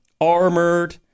armored